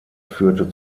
führte